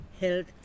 health